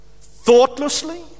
thoughtlessly